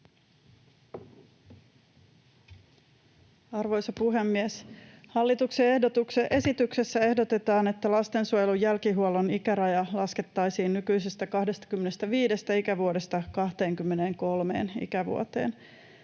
Arvoisa puhemies! Hallituksen esityksessä ehdotetaan, että lastensuojelun jälkihuollon ikäraja laskettaisiin nykyisestä 25 ikävuodesta 23 ikävuoteen.